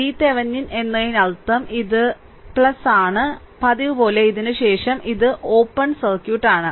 VThevenin എന്നതിനർത്ഥം ഇത് ഇത് ഇതാണ് പതിവുപോലെ ഇതിനുശേഷം ഇത് ഓപ്പൺ സർക്യൂട്ട് ആണ്